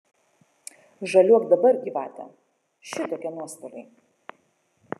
žaliuok dabar gyvate šitokie nuostoliai